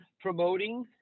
promoting